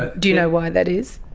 ah do you know why that is?